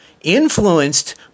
influenced